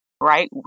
right